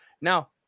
Now